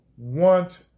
want